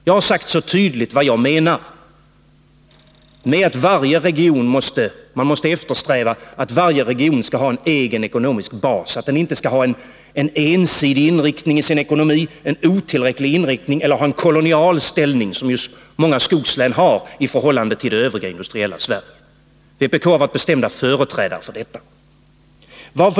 Jag har tydligt sagt vad jag menar: Man måste eftersträva att varje region skall ha en egen ekonomisk bas, så att den inte får en ensidig inriktning i sin ekonomi, en otillräcklig inriktning eller en kolonial ställning, vilket just många skogslän har i förhållande till övriga delar av Sverige. Vi har i vänsterpartiet kommunisterna varit bestämda företrädare för detta.